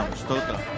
scope of